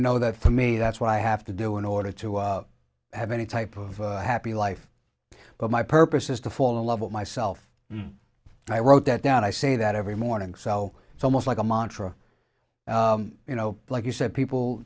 know that for me that's what i have to do in order to have any type of happy life but my purpose is to fall in love with myself and i wrote that down i say that every morning so it's almost like a mantra you know like you said people